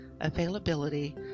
availability